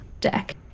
deck